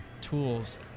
tools